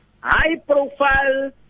high-profile